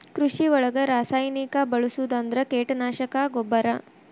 ಕೃಷಿ ಒಳಗ ರಾಸಾಯನಿಕಾ ಬಳಸುದ ಅಂದ್ರ ಕೇಟನಾಶಕಾ, ಗೊಬ್ಬರಾ